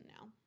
now